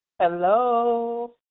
Hello